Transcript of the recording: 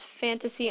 fantasy